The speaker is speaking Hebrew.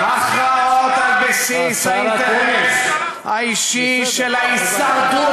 יכריע הכרעות על בסיס האינטרס האישי של ההישרדות,